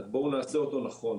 אז בואו נעשה אותו נכון.